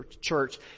church